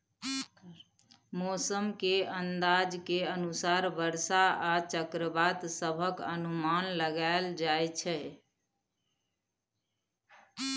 मौसम के अंदाज के अनुसार बरसा आ चक्रवात सभक अनुमान लगाइल जाइ छै